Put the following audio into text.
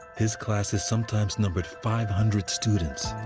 his classes sometimes numbered five hundred students.